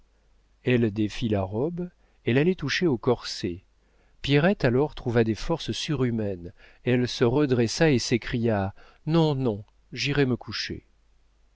elle défit la robe elle allait toucher au corset pierrette alors trouva des forces surhumaines elle se redressa et s'écria non non j'irai me coucher